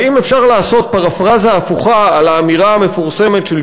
אבל אם אפשר לעשות פרפראזה הפוכה על האמירה המפורסמת של